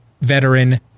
veteran